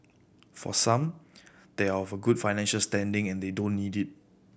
for some they are of a good financial standing and they don't need it